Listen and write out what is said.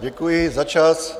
Děkuji za čas.